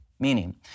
Meaning